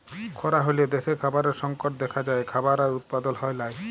খরা হ্যলে দ্যাশে খাবারের সংকট দ্যাখা যায়, খাবার আর উৎপাদল হ্যয় লায়